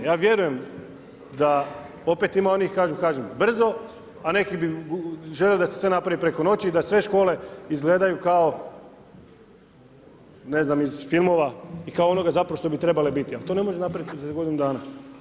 Ja vjerujem da opet ima onih kažem, brzo, a neki bi željeli da se sve napravi preko noći i da sve škole izgledaju ne znam iz filmova i kao onoga zapravo što bi trebale biti, ali to ne može napraviti ni za godinu dana.